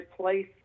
place